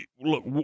look